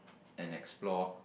and explore